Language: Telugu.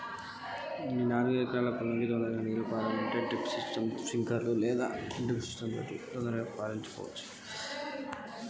మాకు నాలుగు ఎకరాల భూమి ఉంది, తొందరగా నీరు పారాలంటే నేను ఏం చెయ్యాలే?